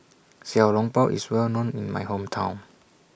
Xiao Long Bao IS Well known in My Hometown